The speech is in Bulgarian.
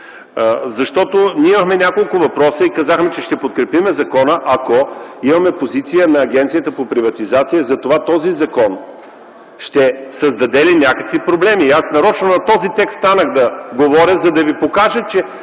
Защото ние имахме няколко въпроса и казахме, че ще подкрепим закона, ако имаме позиция на Агенцията по приватизация за това: този закон ще създаде ли някакви проблеми? Аз нарочно станах на този текст да говоря, за да ви покажа, че